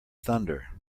thunder